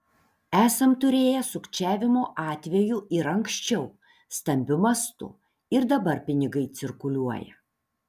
esam turėję sukčiavimo atvejų ir anksčiau stambiu mastu ir dabar pinigai cirkuliuoja